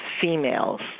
females